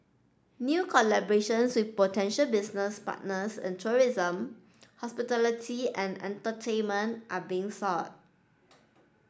new collaborations with potential business partners in tourism hospitality and entertainment are being sought